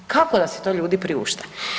Kako da si to ljudi priušte?